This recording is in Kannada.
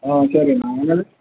ಹಾಂ ಸರಿ ಅಣ್ಣ ಆಮೇಲೆ